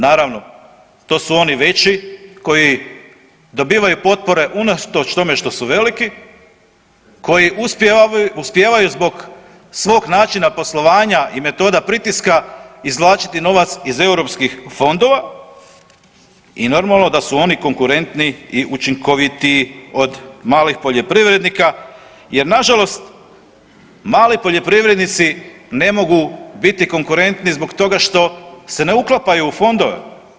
Naravno to su oni veći koji dobivaju potpore unatoč tome što su veliki, koji uspijevaju zbog svog načina poslovanja i metoda pritiska izvlačiti novac iz europskih fondova i normalno da su oni konkurentniji od malih poljoprivrednika jer nažalost mali poljoprivrednici ne mogu biti konkurentni zbog toga što se ne uklapaju u fondove.